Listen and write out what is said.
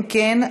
אם כן,